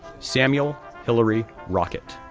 samuel hilary rockett,